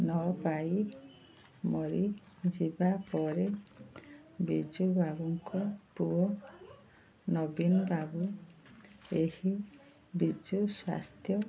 ନପାଇ ମରିଯିବା ପରେ ବିଜୁ ବାବୁଙ୍କ ପୁଅ ନବୀନ ବାବୁ ଏହି ବିଜୁ ସ୍ୱାସ୍ଥ୍ୟ